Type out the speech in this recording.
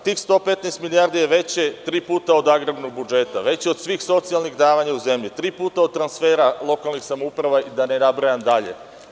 Tih 115 milijardi je veće tri puta od agrarnog budžeta, veće od svih socijalnih davanja u zemlji, tri puta od transfera lokalnih samouprava i da ne nabrajam dalje.